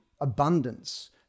abundance